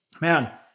Man